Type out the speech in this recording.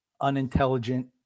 Unintelligent